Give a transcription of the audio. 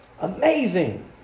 Amazing